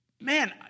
man